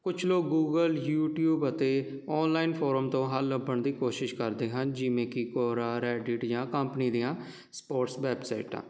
ਕੁਛ ਲੋਕ Google YouTube ਅਤੇ ਔਨਲਾਈਨ ਫੋਰਮ ਤੋਂ ਹੱਲ ਲੱਭਣ ਦੀ ਕੋਸ਼ਿਸ਼ ਕਰਦੇ ਹਨ ਜਿਵੇਂ ਕਿ ਕੌਰਾ ਰੈੱਡਇਟ ਜਾਂ ਕੰਪਨੀ ਦੀਆਂ ਸਪੋਰਟਸ ਵੈਬਸਾਈਟਾਂ